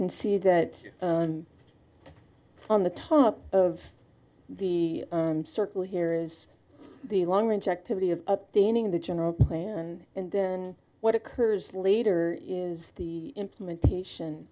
can see that on the top of the circle here is the long range activity of updating the general plan and then what occurs later is the implementation